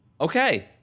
Okay